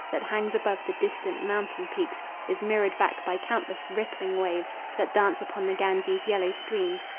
that hangs above the distant mountain-peaks is mirrored back by countless rippling waves that dance upon the ganges' yellow stream,